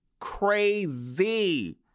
Crazy